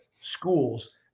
schools